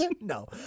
No